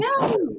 No